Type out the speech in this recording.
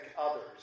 others